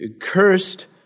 cursed